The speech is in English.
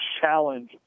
challenge